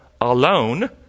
alone